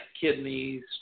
kidneys